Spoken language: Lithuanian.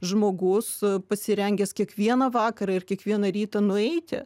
žmogus pasirengęs kiekvieną vakarą ir kiekvieną rytą nueiti